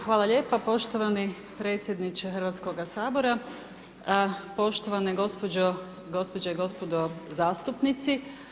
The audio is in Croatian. Hvala lijepa poštovani predsjedniče Hrvatskoga sabora, poštovane gospođe i gospodo zastupnici.